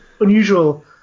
unusual